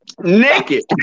Naked